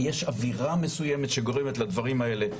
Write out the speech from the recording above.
יש אווירה מסוימת שגורמת לדברים האלה.